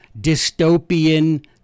dystopian